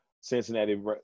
Cincinnati